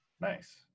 nice